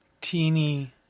Teeny